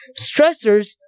stressors